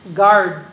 guard